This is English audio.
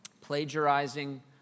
Plagiarizing